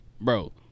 Bro